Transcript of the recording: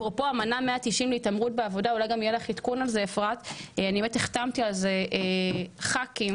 אפרופו אמנה 190 להתעמרות בעבודה החתמתי על זה חברי כנסת